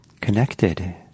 connected